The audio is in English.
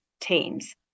teams